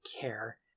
care